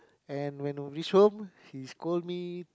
and when reach home he scold me